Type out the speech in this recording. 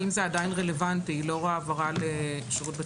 האם זה עדיין רלוונטי לאור העברה לשירות בתי הסוהר?